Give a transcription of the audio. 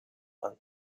one